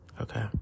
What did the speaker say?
okay